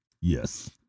Yes